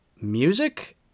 music